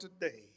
today